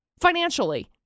financially